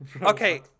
Okay